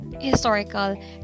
historical